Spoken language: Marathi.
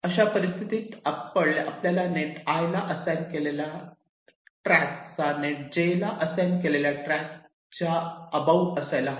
अशा परिस्थितीत आपल्याला नेट 'i' ला असाईन केलेला चा ट्रॅक नेट 'j' ला असाईन केलेला ट्रॅक च्या अबाउ असायला हवा